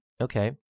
Okay